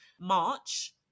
march